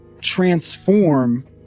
transform